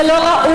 זה לא ראוי,